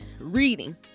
reading